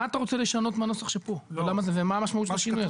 מה אתה רוצה לנסות מהנוסח שפה ומה המשמעות של זה?